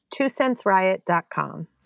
twocentsriot.com